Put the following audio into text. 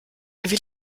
wie